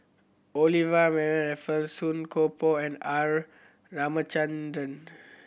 Olivia Mariamne Raffles Song Koon Poh and R Ramachandran